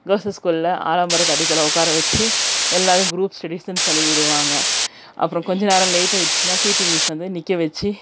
girls ஸ்கூலில் ஆலமரத்து அடியில உக்கார வைச்சு எல்லோரையும் க்ரூப் ஸ்டடீஸுன்னு சொல்லி விடுவாங்க அப்புறோம் கொஞ்சம் நேரம் லேட்டாயிடுச்சுனால் பீடி மிஸ் வந்து நிற்க வைச்சு